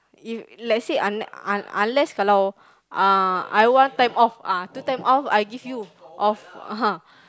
you let say un~ un~ unless kalau uh I want turn off ah itu time off I give you off ah